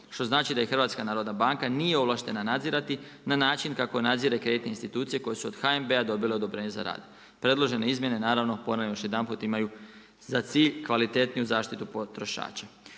Što znači da i HNB nije ovlaštena nadzirati na način kako nadzire kreditne institucije koje su od HNB dobile odobrenje za rad. Predložene izmjene naravno ponavljam još jedanput imaju za cilj kvalitetniju zaštitu potrošača.